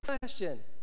question